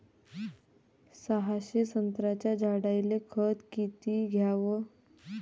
सहाशे संत्र्याच्या झाडायले खत किती घ्याव?